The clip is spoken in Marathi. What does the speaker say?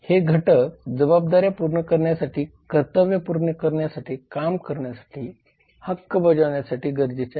हे घटक जबाबदाऱ्या पूर्ण करण्यासाठी कर्तव्ये पूर्ण करण्यासाठी काम करण्यासाठी हक्क बजावण्यासाठी गरजेच्या आहेत